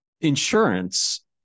insurance